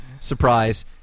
surprise